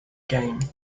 game